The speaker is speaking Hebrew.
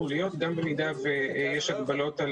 התקנות הן בנושא הגבלות בשל הקורונה.